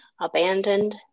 abandoned